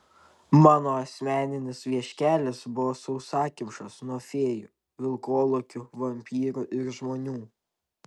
mano asmeninis vieškelis buvo sausakimšas nuo fėjų vilkolakių vampyrų ir žmonių